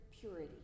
purity